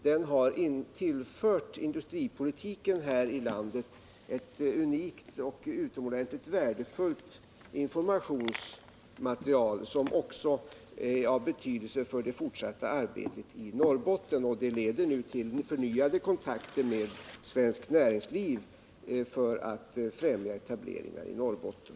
Den har tillfört industripolitiken här i landet ett unikt och utomordentligt värdefullt informationsmaterial, som också är av betydelse för det fortsatta arbetet i Norrbotten. Det leder nu till förnyade kontakter med svenskt näringsliv för att främja etableringar i Norrbotten.